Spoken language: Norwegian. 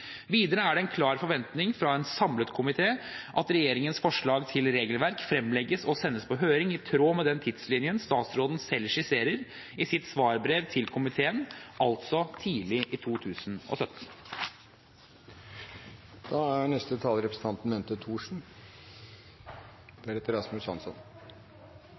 Videre er det en klar forventning fra en samlet komité at regjeringens forslag til regelverk fremlegges og sendes på høring i tråd med den tidslinjen statsråden selv skisserer i sitt svarbrev til komiteen, altså tidlig i 2017. Flertallet i komiteen går inn for et forbud mot ansiktstildekking på skoler, universiteter og høyskoler. Dette er